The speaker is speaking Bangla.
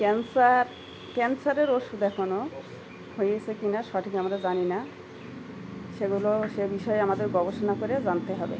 ক্যান্সার ক্যান্সারের ওষুধ এখনো হয়েছে কি না সঠিক আমরা জানি না সেগুলো সে বিষয়ে আমাদের গবেষণা করে জানতে হবে